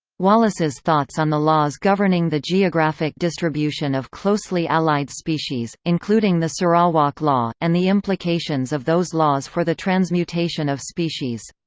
wallace's thoughts on the laws governing the geographic distribution of closely allied species, including the sarawak law, and the implications of those laws for the transmutation of species.